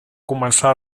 començar